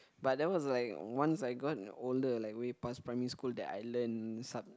but that was like once I got older like way past primary school that I learn such